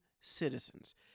citizens